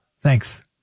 Thanks